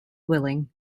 willing